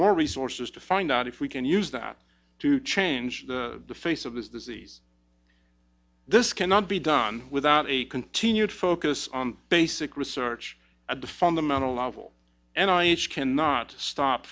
more resources to find out if we can use that to change the face of this disease this cannot be done without a continued focus on basic research at the fundamental level and i cannot stop